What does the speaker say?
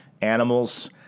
animals